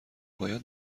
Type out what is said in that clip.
باید